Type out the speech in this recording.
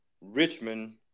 richmond